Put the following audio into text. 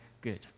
good